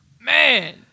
Man